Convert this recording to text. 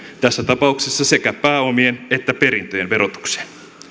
tässä tapauksessa sekä pääomien että perintöjen verotukseen